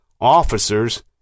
officers